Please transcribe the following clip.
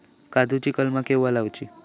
काजुची कलमा केव्हा लावची?